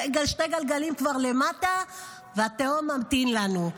שני גלגלים כבר למטה והתהום ממתינה לנו.